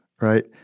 right